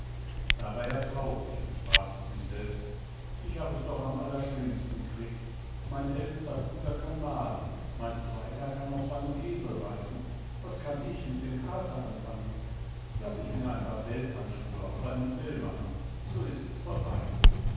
da war er traurig und sprach zu sich selbst ich hab es doch am allerschlimmsten kriegt mein ältster bruder kann mahlen mein zweiter kann auf seinem esel reiten was kann ich mit dem kater anfangen laß ich mir ein paar pelzhandschuhe aus seinem fell machen so ists vorbei